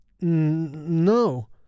No